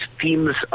themes